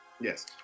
Yes